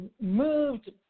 moved